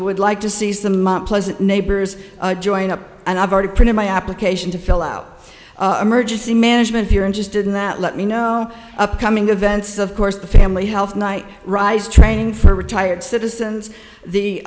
would like to seize the moment pleasant neighbors join up and i've already put in my application to fill out emergency management you're interested in that let me know upcoming events of course the family health night rise training for retired citizens the